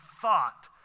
thought